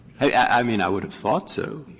i mean, i would have thought so.